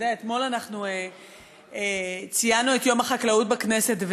אתמול ציינו את יום החקלאות בכנסת,